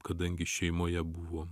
kadangi šeimoje buvo